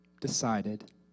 decided